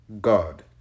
God